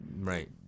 right